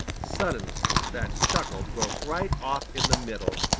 suddenly that chuckle broke right off in the middle,